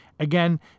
Again